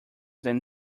than